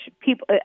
people